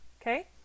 Okay